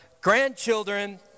grandchildren